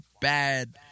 bad